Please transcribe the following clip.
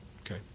okay